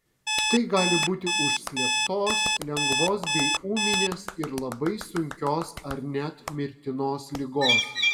tai gali būti užslėptos lengvos bei ūminės ir labai sunkios ar net mirtinos ligos